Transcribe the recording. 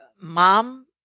Mom